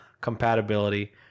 compatibility